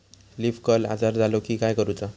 Leaf curl आजार झालो की काय करूच?